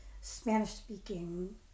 Spanish-speaking